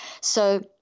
So-